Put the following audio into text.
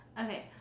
Okay